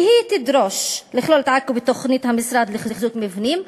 והיא תדרוש לכלול את עכו בתוכנית המשרד לחיזוק מבנים.